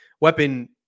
weapon